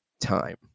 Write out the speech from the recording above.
time